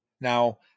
Now